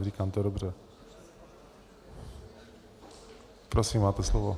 Ano, říkám to dobře, Prosím, máte slovo.